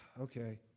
Okay